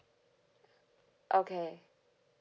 okay